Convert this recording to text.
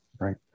right